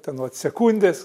ten vat sekundės